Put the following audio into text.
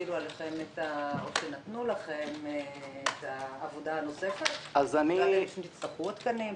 כשנתנו לכם את העבודה הנוספת לא ידעתם שתצטרכו עוד תקנים,